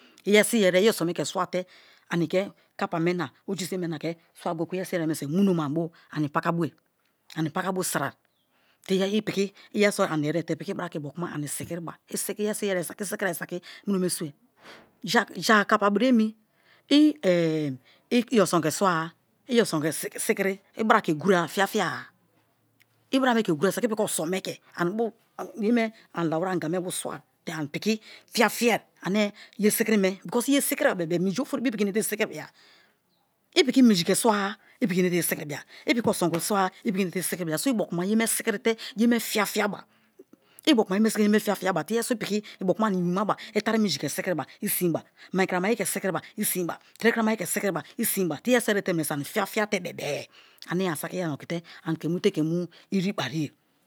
I yeri so̱ iyene i̱ oson me ke̱ swate anike kapa me na oju sin ye me na ke swagbokiri iyeriso iyene muno me ani bio paka boe ani paka bõ saria te i piki iyeri so ani erie te̱ piki bra ke inoku ma ani sikiba isikiri iyeriso iyerie isikirie saki muno me sie ja kapa bra emi i i oson ke swa-a i oson ke sikiri te ke gura-a fia-fia, i bra me ke gura. Saki i̱ piki osin me ke ani bo yeme ami lawere anga me bo suwai te ani piki fia-fia ane yesikiri me because iye sikiri bebe-e minji ofori be i̱ pikj ine te sikiri bia ipiki minji ke suwa ipiki ine te̱ ye sikiri bia i piki oson ke suwa i piki inete ye sikiri bia so̱ i ibiokuma ye me sikiri te ye me fiafia ba iyeriso ipiki ibiokuma ani iwimaba i tari minji ke sikiriba i̱ sinba mi kramaye ke sikiriba i̱ sinba tre kramaye ke sikiriba i sinba te iyeriso erite mine ani fia-fia te bebe-e ane ani saki i ani okite ani ke mu te ke mu̱ eriba riye.